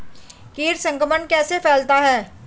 कीट संक्रमण कैसे फैलता है?